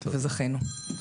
זכינו.